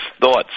thoughts